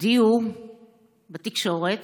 הודיעו בתקשורת